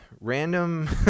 random